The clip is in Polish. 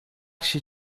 się